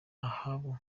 ahabu